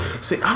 See